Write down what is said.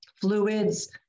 fluids